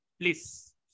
please